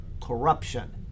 corruption